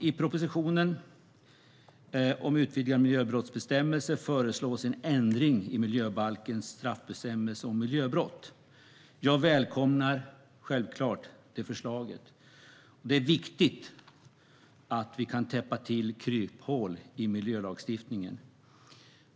I propositionen om en utvidgad miljöbrottsbestämmelse föreslås en ändring i miljöbalkens straffbestämmelse om miljöbrott. Jag välkomnar självklart det förslaget. Det är viktigt att vi kan täppa till kryphål i miljölagstiftningen.